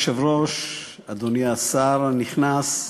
אדוני היושב-ראש, אדוני השר הנכנס,